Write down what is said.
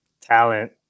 talent